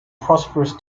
prosperous